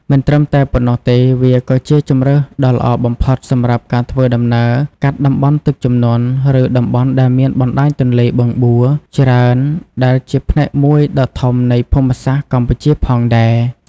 មិនត្រឹមតែប៉ុណ្ណោះទេវាក៏ជាជម្រើសដ៏ល្អបំផុតសម្រាប់ការធ្វើដំណើរកាត់ តំបន់ទឹកជំនន់ ឬតំបន់ដែលមាន បណ្ដាញទន្លេ បឹងបួ ច្រើន ដែលជាផ្នែកមួយដ៏ធំនៃភូមិសាស្ត្រកម្ពុជាផងដែរ ។